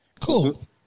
Cool